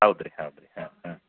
ಹೌದು ರಿ ಹೌದು ರಿ ಹಾಂ ಹಾಂ